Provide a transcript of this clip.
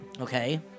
Okay